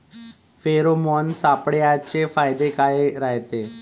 Pheromone सापळ्याचे फायदे काय रायते?